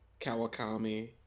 Kawakami